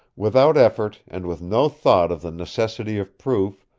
without effort, and with no thought of the necessity of proof,